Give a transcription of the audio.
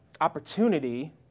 opportunity